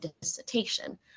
dissertation